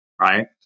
right